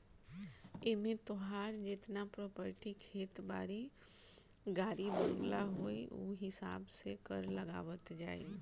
एमे तोहार जेतना प्रापर्टी खेत बारी, गाड़ी बंगला होई उ हिसाब से कर लगावल जाई